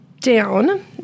down